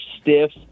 stiff